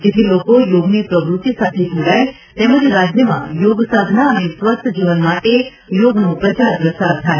જેથી લોકો યોગની પ્રવૃત્તિ સાથે જોડાય તેમજ રાજ્યમાં યોગ સાધના અને સ્વસ્થ જીવન માટે યોગનો પ્રચાર પ્રસાર થાય